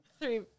three